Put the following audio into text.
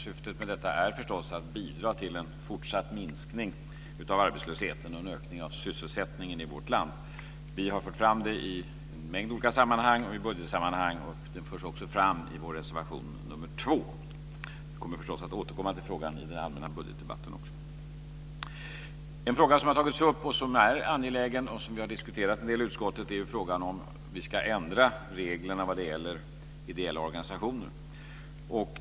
Syftet med detta är förstås att bidra till en fortsatt minskning av arbetslösheten och en ökning av sysselsättningen i vårt land. Vi har fört fram detta i en mängd olika sammanhang, bl.a. i budgetsammanhang, och det förs också fram i vår reservation nr 2. Jag avser förstås att återkomma till frågan också i den allmänna budgetdebatten. En angelägen fråga som har tagits upp och som vi har diskuterat en del i utskottet är om vi ska ändra reglerna vad gäller ideella organisationer.